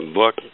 book